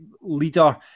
leader